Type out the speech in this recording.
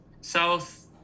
south